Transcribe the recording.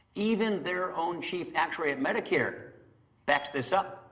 even their own chief actuary at medicare backs this up.